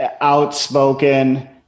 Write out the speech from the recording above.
outspoken